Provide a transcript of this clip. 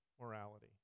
morality